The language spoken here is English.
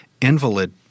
invalid